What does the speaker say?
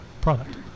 product